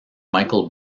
michael